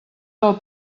del